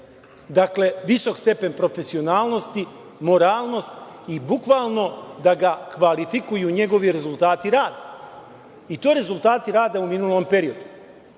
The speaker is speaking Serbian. dakle, visok stepen profesionalnosti, moralnost i bukvalno da ga kvalifikuju njegovi rezultati rada, i to rezultati rada u minulom periodu. Ono